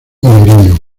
merino